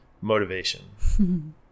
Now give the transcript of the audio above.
motivation